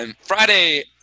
Friday